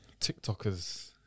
TikTokers